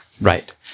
Right